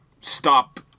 stop